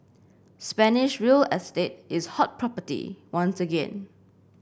Spanish real estate is hot property once again